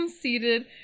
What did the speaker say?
seated